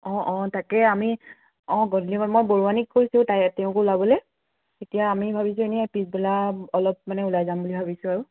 অ অ তাকে আমি অ গধূলি সময়ত মই বৰুৱানীক কৈছোঁ তাই তেওঁক ওলাবলৈ তেতিয়া আমি ভাবিছোঁ এনে পিছবেলা অলপ মানে ওলাই যাম বুলি ভাবিছোঁ আৰু